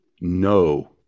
no